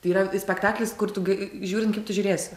tai yra spektaklis kur tu g žiūrint kaip tu žiūrėsi